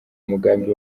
umugambi